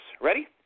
Ready